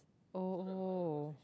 oh oh